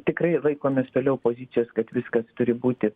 tikrai laikomės toliau pozicijos kad viskas turi būti